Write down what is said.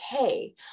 okay